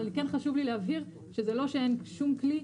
אבל כן חשוב לי להבהיר שזה לא שאין שום כלי,